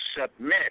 submit